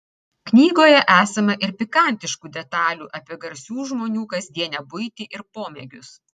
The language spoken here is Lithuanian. knygoje esama ir pikantiškų detalių apie garsių žmonių kasdienę buitį ir pomėgius